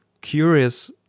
curious